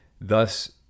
thus